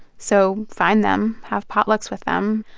so find them, have potlucks with them.